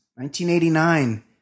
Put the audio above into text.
1989